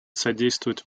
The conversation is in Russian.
содействовать